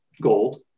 gold